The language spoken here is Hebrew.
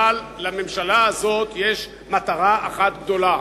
אבל לממשלה הזאת יש מטרה אחת גדולה,